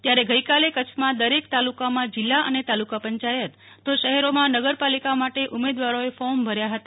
ત્યારે ગઈકાલે કચ્છમાં દરેક તાલુકામાં જીલ્લા અને તાલુકા પંચાયત તો શ્રેરોમાં નગર પાલિકા માટે ઉમેદવારોએ ફોર્મ ભર્યા હતા